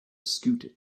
scoot